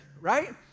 right